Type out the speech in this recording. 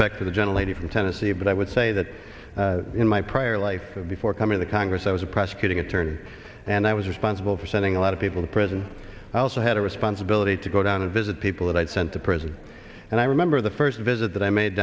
back to the gentle lady from tennessee but i would say that in my prior life of before coming to congress i was a prosecuting attorney and i was responsible for sending a lot of people to prison i also had a responsibility to go down to visit people that i had sent to prison and i remember the first visit that i made